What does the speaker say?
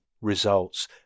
results